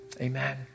Amen